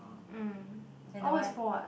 mm all is four what